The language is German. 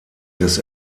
des